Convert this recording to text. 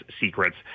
secrets